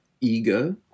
ego